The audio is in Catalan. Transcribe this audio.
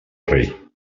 rei